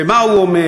ומה הוא אומר?